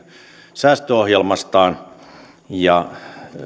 säästöohjelmastaan ja